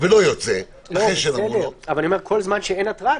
זמן שאין התרעה,